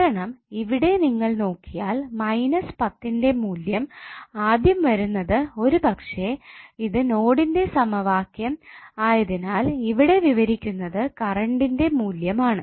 കാരണം ഇവിടെ നിങ്ങൾ നോക്കിയാൽ മൈനസ് 10 ന്റെ മൂല്യം ആദ്യം വരുന്നത് ഒരുപക്ഷേ ഇത് നോഡിന്റെ സമവാക്യം ആയതിനാൽ ഇവിടെ വിവരിക്കുന്നത് കറണ്ടിന്റെ മൂല്യമാണ്